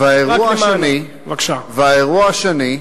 והאירוע השני,